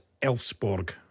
Elfsborg